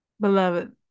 beloved